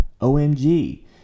OMG